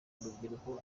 urubyiruko